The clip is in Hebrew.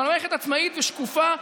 אבל מערכת עצמאית ושקופה,